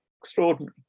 extraordinary